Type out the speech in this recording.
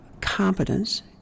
competence